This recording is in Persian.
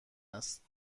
است